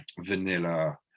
vanilla